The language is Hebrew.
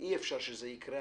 אי-אפשר שזה יקרה,